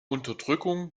unterdrückung